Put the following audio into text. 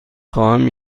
خواهم